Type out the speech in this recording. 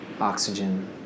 oxygen